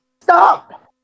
Stop